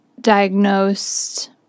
diagnosed